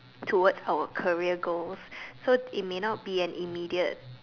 towards our career goals so it may not be an immediate